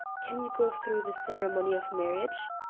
can you go through the ceremony of marriage?